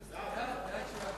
לוח ההצבעה